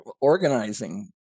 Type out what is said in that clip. organizing